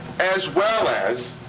as well as.